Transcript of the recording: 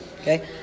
Okay